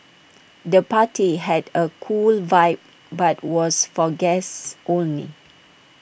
the party had A cool vibe but was for guests only